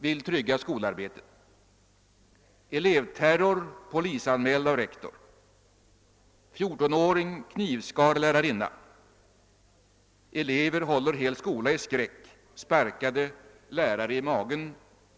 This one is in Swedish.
Vill trygga skolarbetet.> — »Elevterror polisanmäld av rektor.« — »14-åring knivskar lärarinna.« — »Elever håller hel skola i skräck. Sparkade lärare i magen.